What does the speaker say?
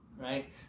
right